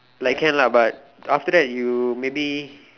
like can lah but after that you maybe